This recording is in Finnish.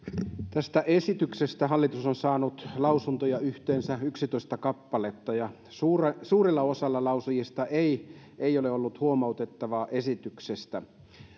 tästä esityksestä hallitus on saanut lausuntoja yhteensä yksitoista kappaletta ja suurella suurella osalla lausujista ei ei ole ollut huomautettavaa esityksestä